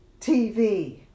TV